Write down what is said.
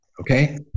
Okay